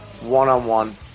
one-on-one